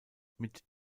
mit